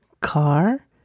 car